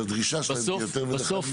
והדרישה שלהם תהיה יותר --- בסוף,